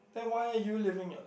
then why are you living your life